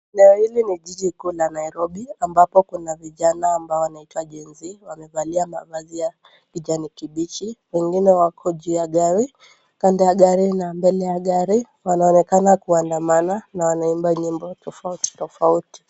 Eneo hili ni jiji kuu la Nairobi, ambapo kuna vijana ambao wanaitwa genz wamevalia mavazi ya kijani kibichi, wengine wako juu ya gari, kando ya gari na mbele ya gari, wanaonekana kuandamana na wanaimba nyimbo tofauti tofauti.